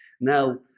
Now